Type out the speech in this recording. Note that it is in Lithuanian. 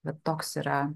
vat toks yra